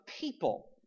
people